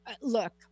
Look